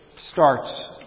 starts